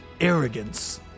arrogance